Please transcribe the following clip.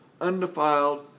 undefiled